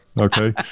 okay